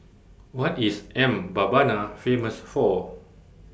What IS Mbabana Famous For